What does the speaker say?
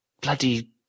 bloody